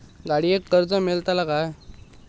गाडयेक कर्ज मेलतला काय?